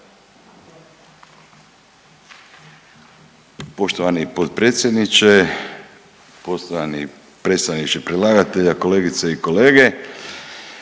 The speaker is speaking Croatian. Poštovani potpredsjedniče, poštovani predstavnici predlagatelja, kolegice i kolege.